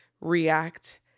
react